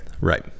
Right